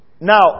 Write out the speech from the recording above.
Now